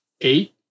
Eight